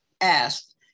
asked